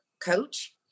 coach